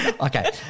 Okay